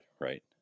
right